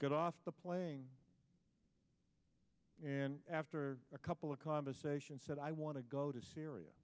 got off the playing and after a couple of conversations said i want to go to syria